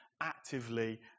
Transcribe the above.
actively